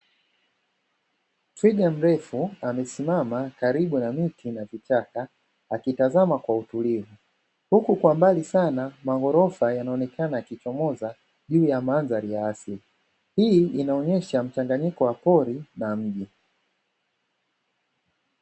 Twiga mrefu amesimama karibu na miti na vichaka, akitazama kwa utulivu, huku kwa mbali sana maghorofa yanaonekana yakichomoza juu ya mandhari ya asili, hii inaonyesha mchanganyiko wa pori na mji.